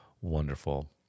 wonderful